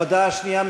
הודעה שנייה,